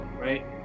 right